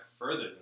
further